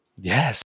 yes